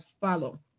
follow